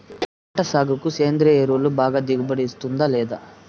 పంట సాగుకు సేంద్రియ ఎరువు బాగా దిగుబడి ఇస్తుందా లేదా